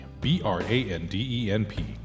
B-R-A-N-D-E-N-P